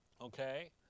okay